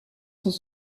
sont